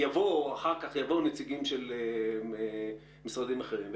אחר כך יבואו נציגים של משרדים אחרים ויגידו,